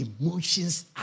Emotions